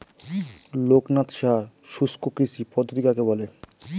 লোকনাথ সাহা শুষ্ককৃষি পদ্ধতি কাকে বলে?